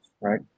right